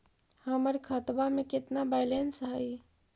हमर खतबा में केतना बैलेंस हई?